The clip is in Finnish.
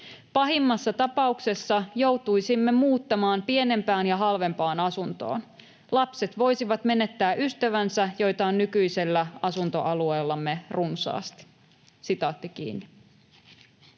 Pahimmassa tapauksessa joutuisimme muuttamaan pienempään ja halvempaan asuntoon. Lapset voisivat menettää ystävänsä, joita on nykyisellä asuntoalueellamme runsaasti.” ”Jos minun